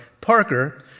Parker